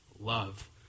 Love